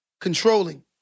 controlling